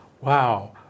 Wow